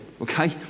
Okay